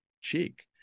cheek